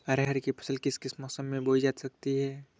अरहर की फसल किस किस मौसम में बोई जा सकती है?